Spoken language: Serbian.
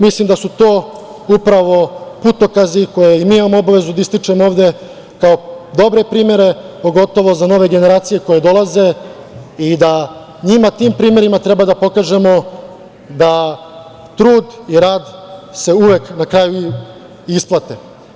Mislim da su to upravo putokazi koje imamo obavezu da ističemo ovde kao dobre primere, pogotovo za nove generacije koje dolaze i da tim primerima treba da pokažemo da trud i rad se uvek na kraju i isplate.